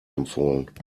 empfohlen